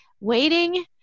waiting